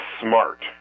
smart